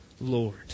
Lord